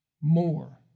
more